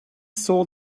saw